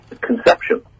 conception